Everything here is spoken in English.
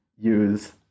use